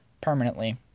permanently